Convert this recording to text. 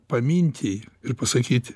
paminti jį ir pasakyti